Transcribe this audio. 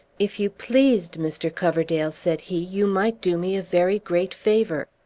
if you pleased, mr. coverdale, said he, you might do me a very great favor.